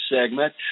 segment